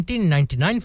1999